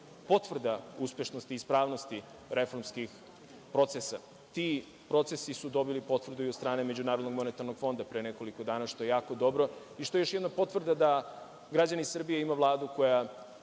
potvrda uspešnosti i ispravnosti reformskih procesa. Ti procesi su dobili potvrdu i od strane MMF-a, pre nekoliko dana, što je jako dobro i što je još jedna potvrda da građani Srbije imaju Vladu koja